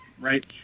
right